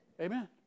Amen